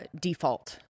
default